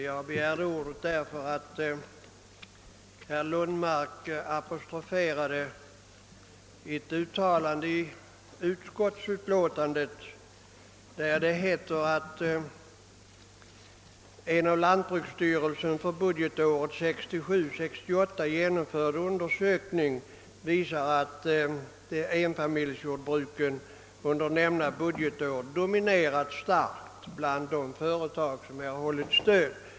Jag begärde ordet därför att herr Lundmark hänvisade till ett uttalande i utskottsutlåtandet, där det heter att en inom lantbruksstyrelsen för budgetåret 1967/68 genomförd undersökning visar att enfamiljsjordbruken under nämnda budgetår dominerat starkt bland de företag som erhållit stöd.